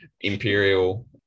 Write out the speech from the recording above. imperial